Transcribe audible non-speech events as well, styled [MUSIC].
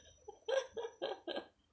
[LAUGHS]